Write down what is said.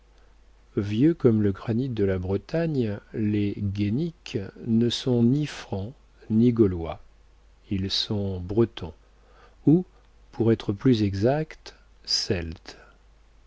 vieux comme le granit de la bretagne les guaisnic ne sont ni francs ni gaulois ils sont bretons ou pour être plus exact celtes